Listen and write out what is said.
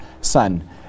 son